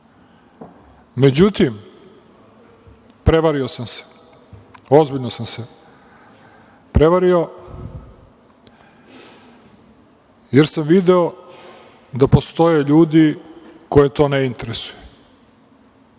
ljudi.Međutim, prevario sam se, ozbiljno sam se prevario, jer sam video da postoje ljudi koje to ne interesuje.